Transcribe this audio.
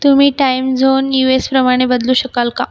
तुम्ही time zone यूएसप्रमाणे बदलू शकाल का